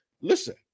Listen